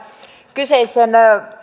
kyseiseen